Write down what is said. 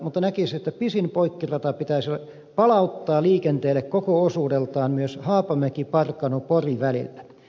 mutta näkisin että pisin poikkirata pitäisi palauttaa liikenteelle koko osuudeltaan myös haapamäkiparkanopori välillä